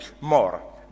more